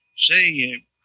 Say